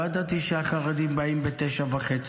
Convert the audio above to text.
לא ידעתי שהחרדים באים ב-21:30.